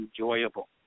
enjoyable